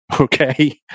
Okay